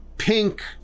Pink